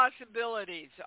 possibilities